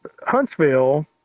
Huntsville